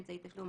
"אמצעי תשלום",